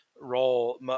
role